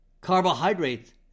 carbohydrates